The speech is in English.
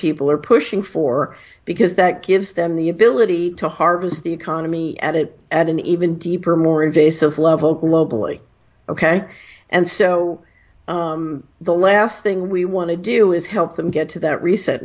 people are pushing for because that gives them the ability to harvest the economy at it at an even deeper more invasive level globally ok and so the last thing we want to do is help them get to that re